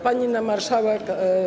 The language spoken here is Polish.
Pani Marszałek!